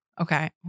Okay